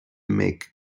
make